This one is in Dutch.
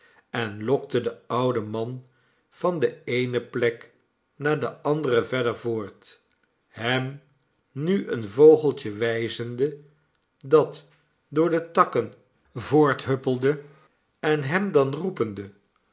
en lokte den ouden man van de eene plek naar de andere verder voort hem nu een vogeltje wijzende dat door de takken voorthuppelde en hem dan roepende